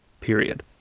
Period